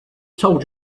told